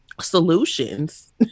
solutions